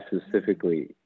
specifically